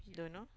don't know